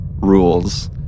rules